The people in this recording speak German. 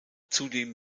zudem